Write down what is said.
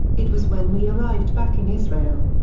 it was when we arrived back in israel.